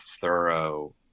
thorough